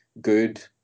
good